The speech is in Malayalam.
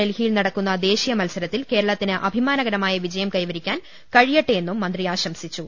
ഡൽഹിയിൽ നടക്കുന്ന ദേശീയ മത്സര ത്തിൽ കേരളത്തിന് അഭിമാനകരമായ വിജയം കൈവരിക്കാൻ കഴിയട്ടെ എന്നും മന്ത്രി ആശംസിച്ചു